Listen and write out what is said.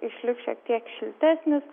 išliks šiek tiek šiltesnis